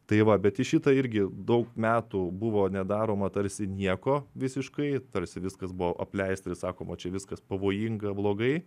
tai va bet į šitą irgi daug metų buvo nedaroma tarsi nieko visiškai tarsi viskas buvo apleista ir sakoma čia viskas pavojinga blogai